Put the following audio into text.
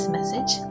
Message